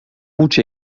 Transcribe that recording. huts